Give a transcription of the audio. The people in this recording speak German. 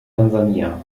tansania